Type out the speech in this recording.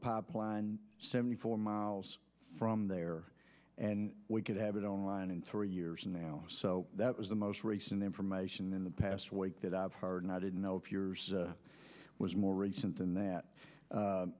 pop line seventy four miles from there and we could have it online in three years now so that was the most recent information in the past week that i've heard and i didn't know if yours was more recent than that